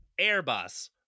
airbus